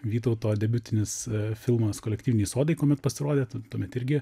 vytauto debiutinis filmas kolektyviniai sodai kuomet pasirodė tuomet irgi